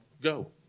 go